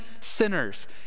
sinners